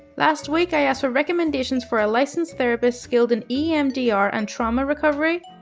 last week i asked for recommendations for a licensed therapist skilled in emdr and trauma recovery.